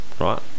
right